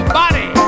body